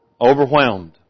Overwhelmed